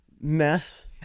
mess